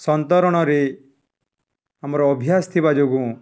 ସନ୍ତରଣରେ ଆମର ଅଭ୍ୟାସ ଥିବା ଯୋଗୁଁ